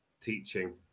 teaching